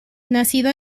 nacido